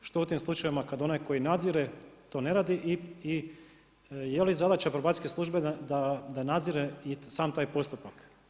Što u tim slučajevima, kad onaj koji nadzire, to ne radi i je li zadaća probacijske službe da nadzire i sam taj postupak?